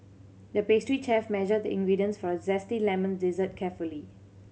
the pastry chef measured the ingredients for a zesty lemon dessert carefully